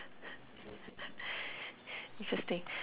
interesting